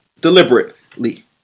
deliberately